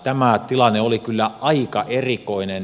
tämä tilanne oli kyllä aika erikoinen